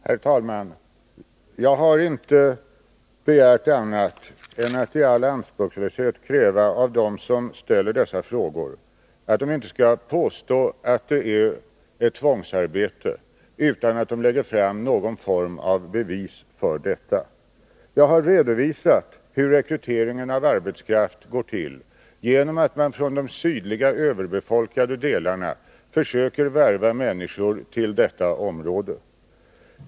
Herr talman! Jag har inte gjort annat än att i all anspråkslöshet kräva av dem som ställer dessa frågor att de inte skall påstå att det är ett tvångsarbete utan att de lägger fram någon form av bevis för detta. Jag har redovisat hur rekryteringen av arbetskraften går till, genom att man från de sydliga överbefolkade delarna försöker värva människor till det här aktuella området.